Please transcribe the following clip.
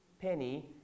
penny